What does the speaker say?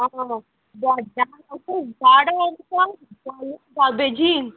आं गार्बेजीन